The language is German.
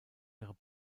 ihre